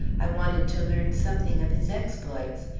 i wanted to learn something of his exploits.